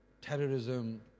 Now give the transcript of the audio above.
terrorism